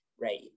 right